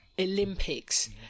Olympics